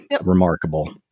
Remarkable